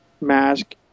Mask